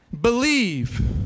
Believe